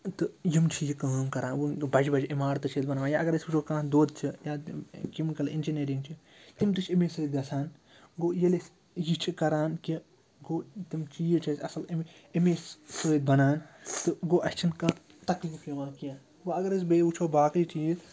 تہٕ یِم چھِ یہِ کٲم کَران وۄنۍ بَجہِ بَجہِ عِمارتہِ چھِ ییٚتہِ بَناوان یا اگر أسۍ وٕچھو کانٛہہ دۄد چھِ یا تِم کیٚمِکٕل اِنجِنیرِنٛگ چھِ تِم تہِ چھِ اَمے سۭتۍ گَژھان گوٚو ییٚلہِ أسۍ یہِ چھِ کَران کہِ گوٚو تِم چیٖز چھِ اَسہِ اَصٕل اَمہِ اَمے سۭتۍ بَنان تہٕ گوٚو اَسہِ چھِنہٕ کانٛہہ تکلیٖف یِوان کیٚنٛہہ گوٚو اگر أسۍ بیٚیہِ وٕچھو باقٕے چیٖز